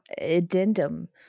addendum